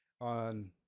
on